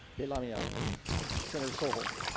yeah lamia senator so holt